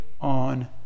on